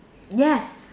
yes